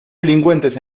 delincuentes